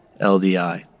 LDI